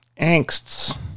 angsts